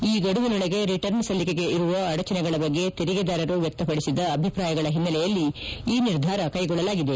ಈ ಗಡುವಿನೊಳಗೆ ರಿಟರ್ನ್ ಸಲ್ಲಿಕೆಗೆ ಇರುವ ಅಡಚಣೆಗಳ ಬಗ್ಗೆ ತೆರಿಗೆದಾರರು ವ್ಯಕ್ತಪಡಿಸಿದ ಅಭಿಪ್ರಾಯಗಳ ಹಿನ್ನೆಲೆಯಲ್ಲಿ ಈ ನಿರ್ಧಾರ ಕ್ಲೆಗೊಳ್ಳಲಾಗಿದೆ